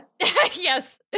Yes